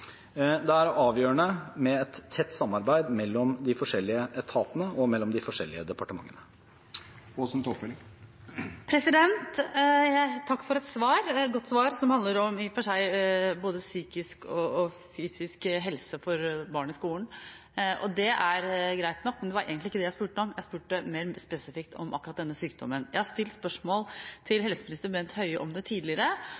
Det er avgjørende med et tett samarbeid mellom de forskjellige etatene og mellom de forskjellige departementene. Takk for et godt svar, som i og for seg handler om både psykisk og fysisk helse hos barn i skolen. Det er greit nok, men det var egentlig ikke det jeg spurte om. Jeg spurte mer spesifikt om akkurat denne sykdommen. Jeg har stilt spørsmål